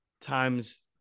times